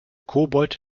kobold